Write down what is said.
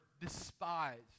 despised